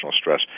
stress